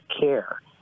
care